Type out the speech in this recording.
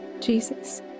Jesus